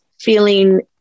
feeling